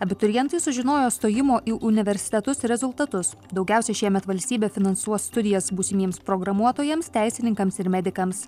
abiturientai sužinojo stojimo į universitetus rezultatus daugiausiai šiemet valstybė finansuos studijas būsimiems programuotojams teisininkams ir medikams